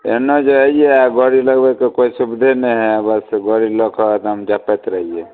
एन्ने जे अइयै आ गड़ी लगबैके कोइ सुविधे नहि है आ बस गड़ी लऽ कऽ हम देखैत रहियै